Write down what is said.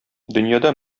дөньяда